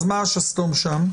אז מה השסתום שם?